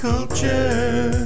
Culture